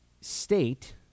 state